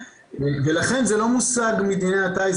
ולכן זה לא מושג מדיני הטיס,